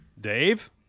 Dave